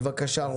בבקשה רועי.